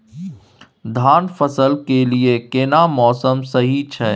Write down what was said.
धान फसल के लिये केना मौसम सही छै?